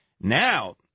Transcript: Now